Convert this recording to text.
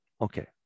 okay